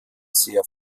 sehr